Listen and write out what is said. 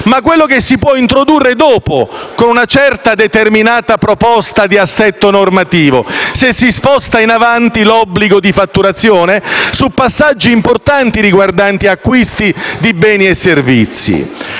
ma quello che si può introdurre dopo, con una certa determinata proposta di assetto normativo, se si sposta in avanti l'obbligo di fatturazione su passaggi importanti riguardanti acquisti di beni e servizi.